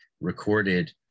recorded